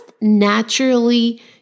naturally